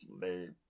sleep